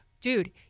Dude